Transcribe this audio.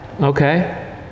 okay